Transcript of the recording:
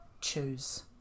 choose